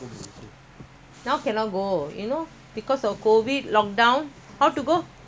how to go no not everybody can go if you go